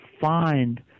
find